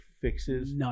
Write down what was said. fixes